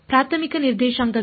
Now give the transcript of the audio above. ಪ್ರಾಥಮಿಕ ನಿರ್ದೇಶಾಂಕಗಳು